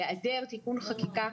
בהיעדר תיקון חקיקה,